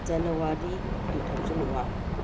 January two thousand one